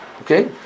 okay